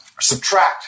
subtract